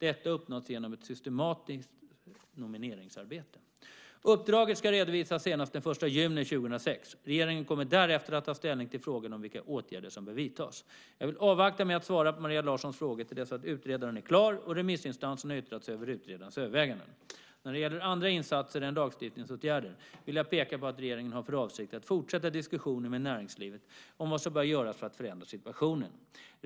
Detta har uppnåtts genom ett systematiskt nomineringsarbete. Uppdraget ska redovisas senast den 1 juni 2006. Regeringen kommer därefter att ta ställning till frågan om vilka åtgärder som bör vidtas. Jag vill avvakta med att svara på Maria Larssons frågor till dess att utredaren är klar och remissinstanserna har yttrat sig över utredarens överväganden. När det gäller andra insatser än lagstiftningsåtgärder vill jag peka på att regeringen har för avsikt att fortsätta diskussionen med näringslivet om vad som bör göras för att förändra situationen.